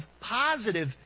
positive